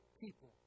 people